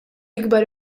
akbar